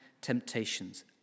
temptations